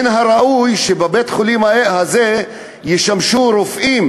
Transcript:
מן הראוי שבבית-החולים הזה ישמשו רופאים